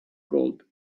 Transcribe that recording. gold